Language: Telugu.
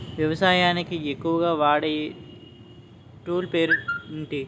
వ్యవసాయానికి ఎక్కువుగా వాడే టూల్ పేరు ఏంటి?